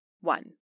One